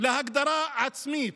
להגדרה עצמית